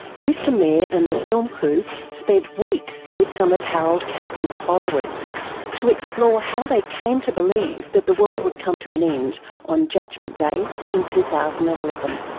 kris de meyer and the film crew spent weeks with some of harold camping's followers to explore how they came to believe that the world would come to an end on judgement day in two thousand and eleven.